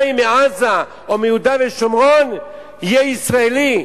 מעזה או מיהודה ושומרון יהיה ישראלי,